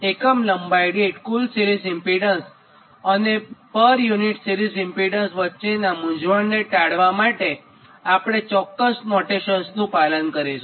એકમ લંબાઈ દીઠ કુલ સિરીઝ ઇમ્પીડન્સ અને પર યુનિટ સિરીઝ ઇમ્પીડન્સ વચ્ચેના મૂંઝવણને ટાળવા માટે આપણે ચોક્કસ નોટેશન્સનું પાલન કરીશું